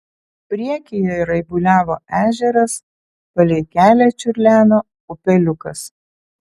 priekyje raibuliavo ežeras palei kelią čiurleno upeliukas